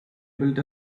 built